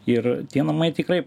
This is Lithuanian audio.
ir tie namai tikrai